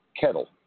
kettle